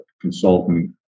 consultant